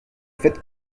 fête